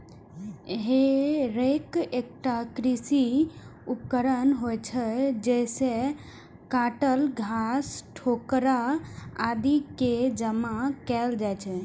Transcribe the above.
हे रैक एकटा कृषि उपकरण होइ छै, जइसे काटल घास, ठोकरा आदि कें जमा कैल जाइ छै